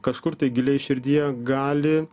kažkur tai giliai širdyje gali